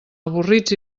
avorrits